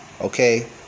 Okay